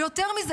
ויותר מזה,